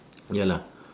ya lah